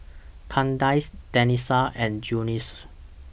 Kandice Denisha and Junious